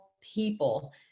people